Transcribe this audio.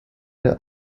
der